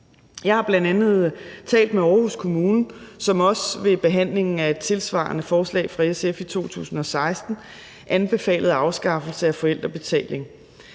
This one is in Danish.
Jeg har bl.a. talt med Aarhus Kommune, som ved behandlingen af et tilsvarende forslag fra SF i 2016 også anbefalede en afskaffelse af forældrebetalingen,